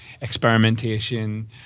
experimentation